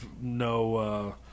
no